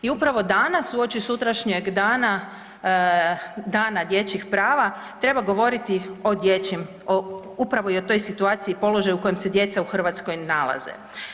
I upravo danas uoči sutrašnjeg dana, dana dječjih prava treba govoriti o dječjim, o upravo o toj situaciji, položaj u kojem se djeca u Hrvatskoj nalaze.